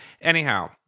Anyhow